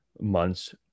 months